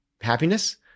happiness